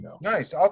Nice